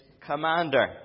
commander